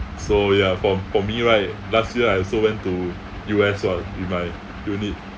so ya for for me right last year I also went to U_S what with my unit